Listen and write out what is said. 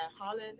Holland